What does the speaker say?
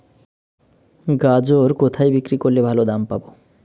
গাজর কোথায় বিক্রি করলে ভালো দাম পাব?